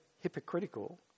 hypocritical